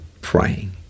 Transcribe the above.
praying